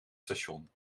station